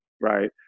right